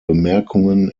bemerkungen